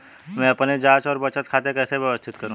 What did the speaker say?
मैं अपनी जांच और बचत खाते कैसे व्यवस्थित करूँ?